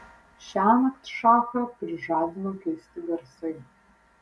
šiąnakt šachą prižadino keisti garsai